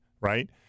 right